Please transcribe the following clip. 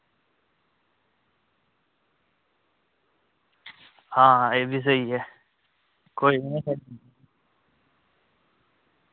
हां एह् बी स्हेई ऐ कोई निं में